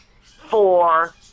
four